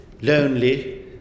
lonely